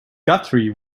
guthrie